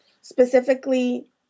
specifically